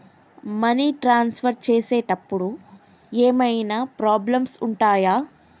Money transfer చేసేటప్పుడు ఏమైనా problems ఉంటయా?